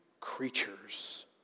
creatures